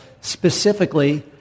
specifically